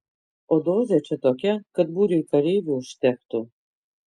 o dozė čia tokia kad būriui kareivių užtektų